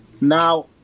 Now